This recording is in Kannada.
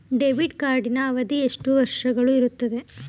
ಡೆಬಿಟ್ ಕಾರ್ಡಿನ ಅವಧಿ ಎಷ್ಟು ವರ್ಷಗಳು ಇರುತ್ತದೆ?